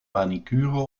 manicure